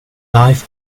life